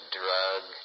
drug